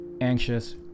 anxious